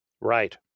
Right